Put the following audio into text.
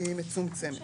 היא מצומצמת.